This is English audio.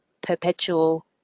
perpetual